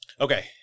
okay